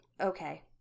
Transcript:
Okay